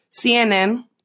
CNN